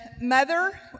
mother